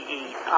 eat